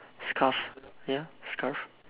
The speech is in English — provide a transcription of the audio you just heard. scarf ya scarf